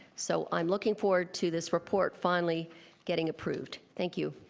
so i'm looking forward to this report finally getting approved. thank you.